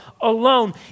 alone